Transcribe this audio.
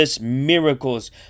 miracles